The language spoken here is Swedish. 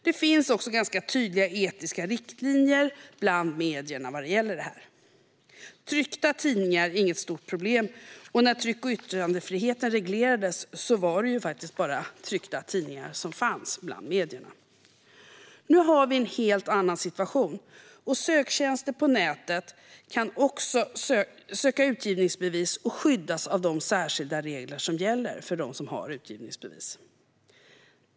Det finns också tydliga etiska riktlinjer bland medierna vad gäller dessa frågor. Tryckta tidningar är inget stort problem. När tryck och yttrandefriheten reglerades var det bara tryckta tidningar som fanns bland medierna. Nu råder en helt annan situation. Söktjänster på nätet kan också söka utgivningsbevis och skyddas av de särskilda regler som gäller för dem som har utgivningsbevis.